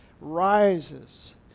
rises